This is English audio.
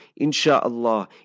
Insha'Allah